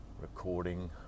recording